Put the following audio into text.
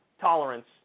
tolerance